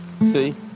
See